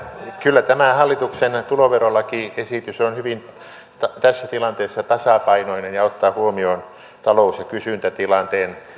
kyllä tämä hallituksen tuloverolakiesitys on tässä tilanteessa hyvin tasapainoinen ja ottaa huomioon talous ja kysyntätilanteen